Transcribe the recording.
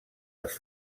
les